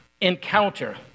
encounter